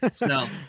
No